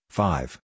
five